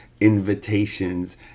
invitations